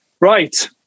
Right